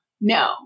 No